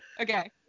okay